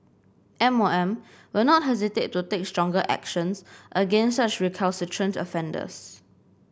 M O M will not hesitate to take stronger actions against such recalcitrant offenders